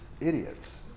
idiots